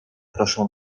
proszę